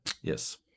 Yes